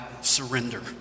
Surrender